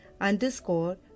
underscore